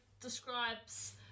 describes